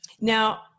Now